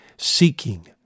Seeking